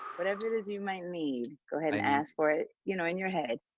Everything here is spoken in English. whatever it is you might need, go ahead and ask for it, you know, in your head,